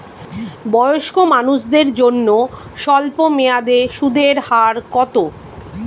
বয়স্ক মানুষদের জন্য স্বল্প মেয়াদে সুদের হার কত?